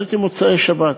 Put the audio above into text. עליתי במוצאי-שבת,